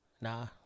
Nah